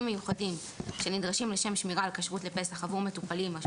מיוחדים שנדרשים לשם שמירה על כשרות לפסח עבור מטופלים אשר